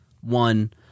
one